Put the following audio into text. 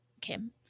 Kim